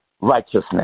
righteousness